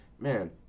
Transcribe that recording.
man